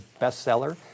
bestseller